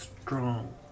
strong